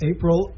April